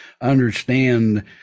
understand